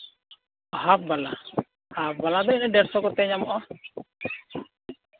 ᱦᱟᱯ ᱵᱟᱞᱟ ᱦᱟᱯ ᱵᱟᱞᱟ ᱫᱚ ᱰᱮᱹᱲᱥᱚ ᱠᱚᱛᱮ ᱧᱟᱢᱚᱜᱼᱟ